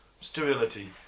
sterility